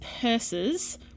purses